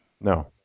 No